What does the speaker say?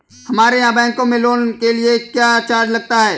हमारे यहाँ बैंकों में लोन के लिए क्या चार्ज लगता है?